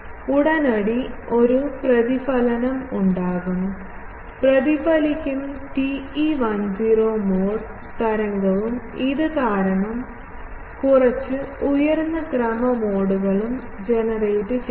ഉടനടി ഒരു പ്രതിഫലനം ഉണ്ടാകും പ്രതിഫലിക്കും TE10 മോഡ് തരംഗവും ഇത് കാരണം കുറച്ച് ഉയർന്ന ക്രമ മോഡുകൾ ജനറേറ്റുചെയ്യും